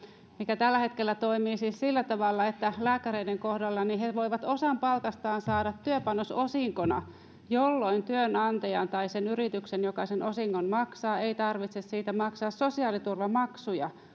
mikä tällä hetkellä toimii siis sillä tavalla lääkäreiden kohdalla että he voivat osan palkastaan saada työpanososinkona jolloin työnantajan tai sen yrityksen joka sen osingon maksaa ei tarvitse siitä maksaa sosiaaliturvamaksuja